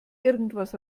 irgendetwas